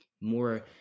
more